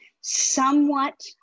somewhat